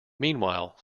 meanwhile